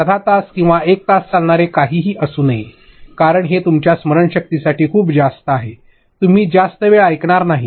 अर्ध्या तास किंवा 1 तास चालणारे काही असू नये कारण हे तुमच्या स्मरणशक्ती साठी खूप जास्त आहे तुम्ही जास्त वेळ ऐकणार नाही